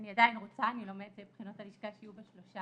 ואני עדיין רוצה ואני לומדת לבחינות הלשכה שיהיו ב-13